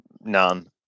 None